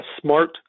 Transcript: smart